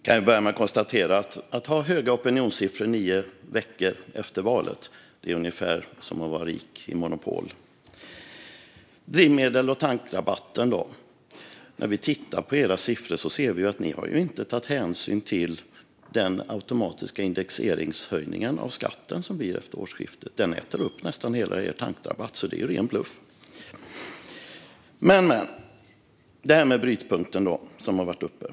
Fru talman! Att ha höga opinionssiffror nio veckor efter valet är ungefär som att vara rik i Monopol. När det gäller drivmedel och tankrabatten ser vi i era siffror att ni inte har tagit hänsyn till den automatiska indexeringshöjning av skatten som sker efter årsskiftet. Den äter upp nästan hela er tankrabatt, så det är en ren bluff. Sedan har vi brytpunkten, som tagits upp här.